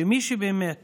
שמי שבאמת